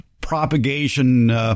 propagation